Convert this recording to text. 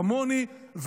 כמוני,